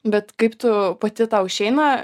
bet kaip tu pati tau išeina